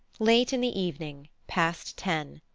late in the evening. past ten.